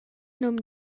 num